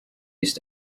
used